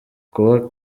kuba